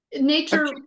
Nature